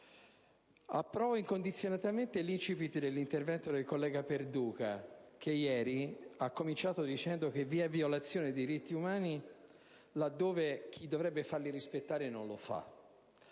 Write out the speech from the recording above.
approva incondizionatamente l'*incipit* dell'intervento del collega Perduca, che ieri ha cominciato dicendo che vi è violazione dei diritti umani là dove chi dovrebbe farli rispettare non lo fa